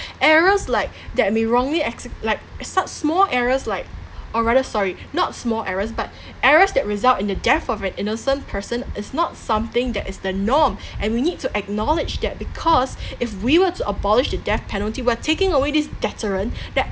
errors like that may wrongly exe~ like such small errors like or rather sorry not small errors but errors that result in the death of an innocent person is not something that is the norm and we need to acknowledge that because if we were to abolish the death penalty we're taking away this deterrent that